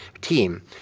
team